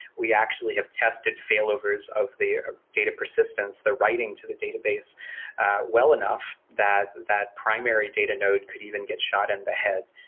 we actually have tested for failovers of the ah data persistence, the writing to the database well enough that that primary data node could even get shot in the head,